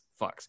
fucks